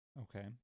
Okay